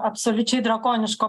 absoliučiai drakoniško